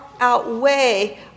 outweigh